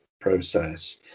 process